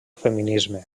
feminisme